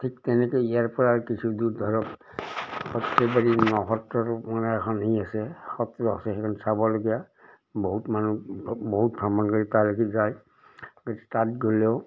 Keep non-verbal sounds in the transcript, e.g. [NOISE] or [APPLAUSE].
ঠিক তেনেকে ইয়াৰ পৰা আৰু কিছু দূৰ ধৰক [UNINTELLIGIBLE] এখনি আছে সত্ৰ আছে সেইখন চাবলগীয়া বহুত মানুহ বহুত ভ্ৰমণ কৰি তালৈকে যায় গতিকে তাত গ'লেও